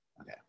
Okay